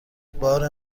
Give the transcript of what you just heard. بار